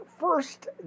first